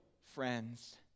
friends